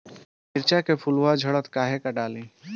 मिरचा के फुलवा झड़ता काहे का डाली?